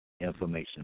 information